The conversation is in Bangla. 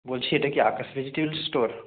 বলছি এটা কি আকাশ ভেজিটেবল স্টোর